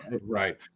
Right